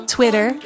Twitter